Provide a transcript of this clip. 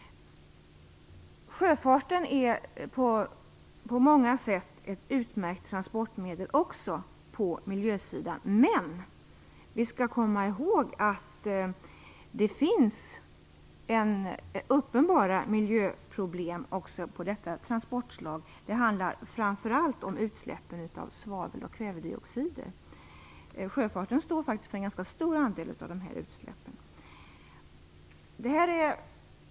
Sjöfarten är på många sätt ett utmärkt transportmedel, även för miljön. Men vi skall komma ihåg att det finns uppenbara miljöproblem även med detta transportslag. Det handlar framför allt om utsläppen av svavel och kvävedioxider. Sjöfarten står faktiskt för en ganska stor andel av de här utsläppen.